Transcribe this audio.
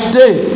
day